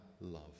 love